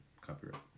copyright